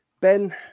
Ben